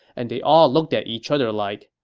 and they all looked at each other like,